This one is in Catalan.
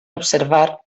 observar